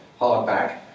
hardback